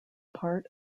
part